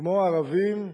כמו ערבים,